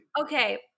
okay